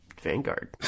Vanguard